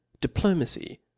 diplomacy